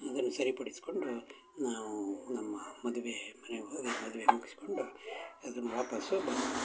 ಅದನ್ನು ಸರಿ ಪಡಿಸಿಕೊಂಡು ನಾವೂ ನಮ್ಮ ಮದುವೆ ಮನೆಗೆ ಹೋಗಿ ಮದುವೆ ಮುಗಿಸ್ಕೊಂಡು ಅಲ್ಲಿಂದ ವಾಪಸ್ಸು ಬಂದೆವು